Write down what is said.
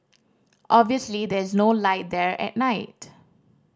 obviously there is no light there at night